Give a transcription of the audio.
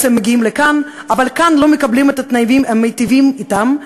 והם מגיעים לכאן אבל כאן הם לא מקבלים את התנאים המיטיבים אתם,